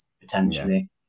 potentially